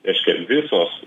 reiškia visos